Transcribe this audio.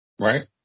Right